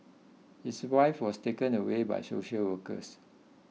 his wife was taken away by social workers